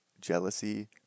Jealousy